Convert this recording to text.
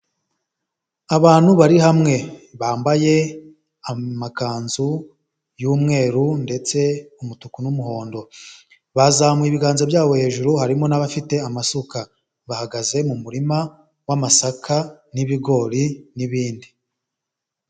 Abantu bari hamwe bambaye amakanzu y'umweru ndetse umutuku n'umuhondo bazamuye ibiganza byabo hejuru harimo n'abafite amasuka bahagaze mu murima w'amasaka n'ibigori n'ibindi.